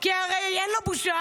כי הרי אין לו בושה.